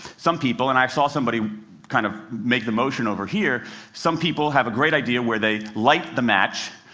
some people and i saw somebody kind of make the motion over here some people have a great idea where they light the match,